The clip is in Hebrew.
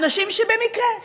האנשים שבמקרה,